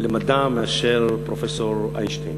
למדע מאשר פרופסור איינשטיין.